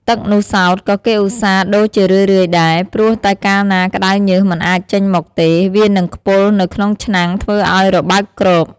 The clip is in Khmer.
ទឹកនោះសោតក៏គេឧស្សាហ៍ដូរជារឿយៗដែរ ព្រោះតែកាលណាក្តៅញើសមិនអាចចេញមកទេ វានឹងខ្ពុលនៅក្នុងឆ្នាំងធ្វើឲ្យរបើកគ្រប។